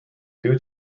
due